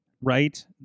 right